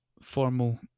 formal